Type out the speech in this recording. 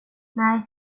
nej